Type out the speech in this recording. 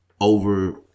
Over